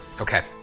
Okay